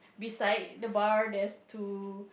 beside the bar there's two